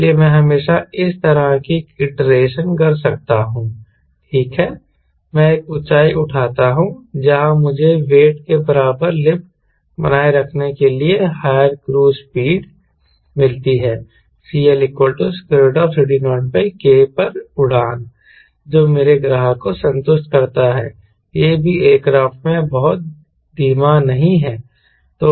इसलिए मैं हमेशा उस तरह की आईट्रेशन कर सकता हूं ठीक है मैं एक ऊंचाई उठाता हूं जहां मुझे वेट के बराबर लिफ्ट lift बनाए रखने के लिए हायर क्रूज़ स्पीड मिलती है CLCD0K पर उड़ान जो मेरे ग्राहक को संतुष्ट करता है यह भी एयरक्राफ्ट में बहुत धीमा नहीं है